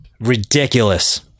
Ridiculous